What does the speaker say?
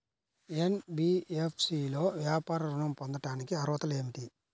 NBFC లో వ్యాపార ఋణం పొందటానికి అర్హతలు ఏమిటీ?